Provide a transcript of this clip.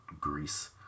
Greece